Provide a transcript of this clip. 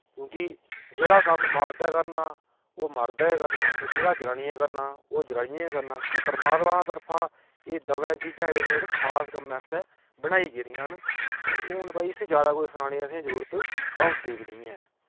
क्योंकि जेह्ड़ा कम्म मर्दै करना ओह् मर्दै गै करना ते जेह्ड़ा जननियै करना ओह् जननियै गै करना क्योंकि परमात्मा तरफा एह् दवैं चीजां जेह्ड़ियां इक खास कम्मै आस्तै बनाई गेदियां न ते हून भाई इसी ज्यादा कोई सनाने असें जरूरत पौंदी बी नि ऐ